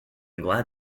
glad